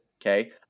Okay